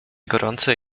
gorące